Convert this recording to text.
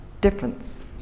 difference